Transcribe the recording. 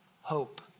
hope